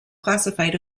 classified